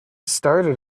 started